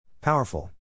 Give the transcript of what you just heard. Powerful